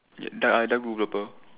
ya dark and dark blue purple